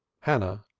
hannah,